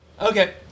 Okay